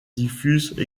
diffuse